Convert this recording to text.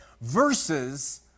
versus